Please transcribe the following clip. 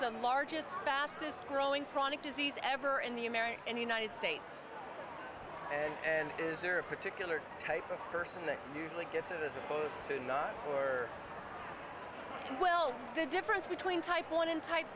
the largest fastest growing chronic disease ever in the american and united states and is there a particular type of person that usually gets it as opposed to no or well the difference between type one and type